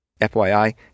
FYI